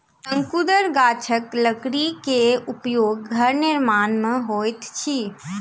शंकुधर गाछक लकड़ी के उपयोग घर निर्माण में होइत अछि